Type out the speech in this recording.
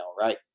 right